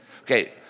Okay